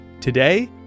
Today